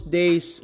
days